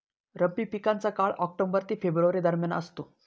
रब्बी पिकांचा काळ ऑक्टोबर ते फेब्रुवारी दरम्यान असतो